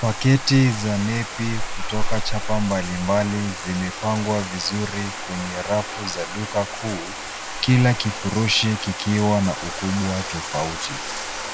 Paketi za nepi kutoka chapa mbali mbali zimepangwa vizuri kwenye rafu za duka kuu, Kila kifurishi kikiwa na ukubwa tofauti.